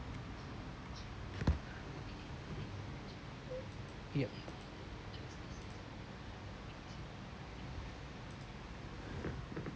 yup